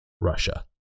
Russia